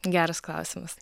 geras klausimas